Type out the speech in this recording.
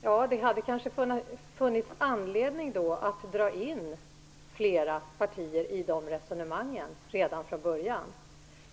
Ja, det hade kanske funnits anledning att dra in flera partier i de resonemangen redan från början.